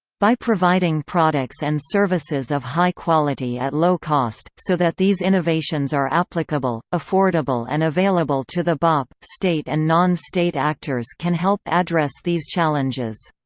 by providing products and services of high quality at low cost, so that these innovations are applicable, affordable and available to the bop, state and non-state actors can help address these challenges.